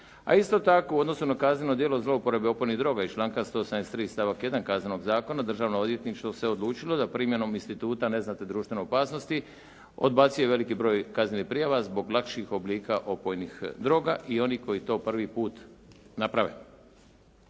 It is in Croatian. a isto tako u odnosu na kazneno djelo zlouporabe opojnih droga iz članka 173. stavak 1. Kaznenog zakona državno odvjetništvo se odlučilo da primjenom instituta neznatne društvene opasnosti odbacuje veliki broj kaznenih prijava zbog lakših oblika opojnih droga i onih koji to prvi put naprave.